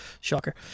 Shocker